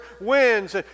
wins